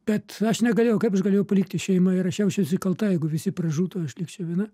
bet aš negalėjau kaip aš galėjau palikti šeimą ir aš jausčiausi kalta jeigu visi pražūtų o aš likčiau viena